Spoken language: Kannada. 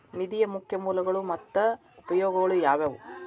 ನಿಧಿಯ ಮುಖ್ಯ ಮೂಲಗಳು ಮತ್ತ ಉಪಯೋಗಗಳು ಯಾವವ್ಯಾವು?